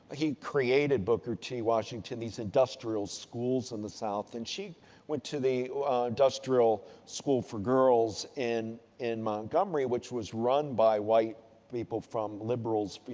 he created booker t washington, these industrial schools in the south. and, she went to the industrial school for girls in in montgomery which was run by white people from liberals, you